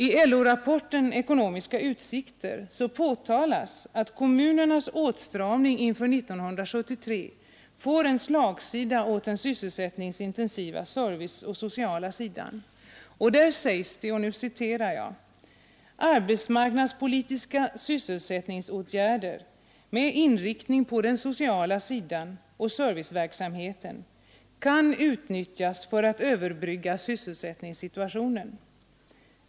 I LO-rapporten Ekonomiska utsikter påtalas att kommunernas åtstramning inför 1973 får slagsida åt den sysselsättningsintensiva serviceoch sociala sidan. Där sägs: ”Arbetsmarknadspolitiska sysselsättningsåtgärder med inriktning på den sociala sidan och serviceverksamheten kan utnyttjas för att överbrygga sysselsättningssituationen.